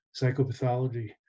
psychopathology